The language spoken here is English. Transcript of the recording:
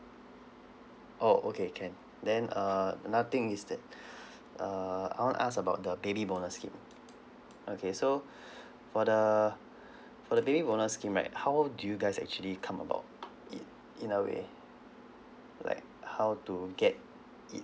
oh okay can then uh another thing is that err I wanna ask about the baby bonus scheme okay so for the for the baby bonus scheme right how do you guys actually come about in in a way like how to get it